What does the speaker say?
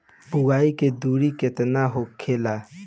बुआई के दूरी केतना होखेला?